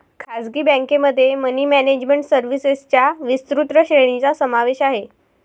खासगी बँकेमध्ये money management सर्व्हिसेसच्या विस्तृत श्रेणीचा समावेश आहे